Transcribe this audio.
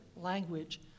language